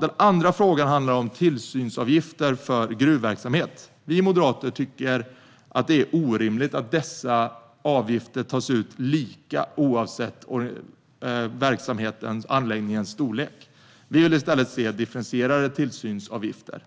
Den andra frågan handlar om tillsynsavgifterna för gruvverksamhet. Vi moderater tycker att det är orimligt att dessa avgifter tas ut lika oavsett verksamhetens och anläggningens storlek. Vi vill i stället se differentierade tillsynsavgifter.